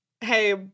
hey